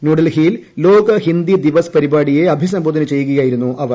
ന്യൂഡൽഹിയിൽ ലോക ഹിന്ദി ദിവസ് പരിപാടിയെ അഭിസംബോധന ചെയ്യുകയായിരുന്നു അവർ